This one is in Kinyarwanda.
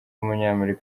w’umunyanigeriya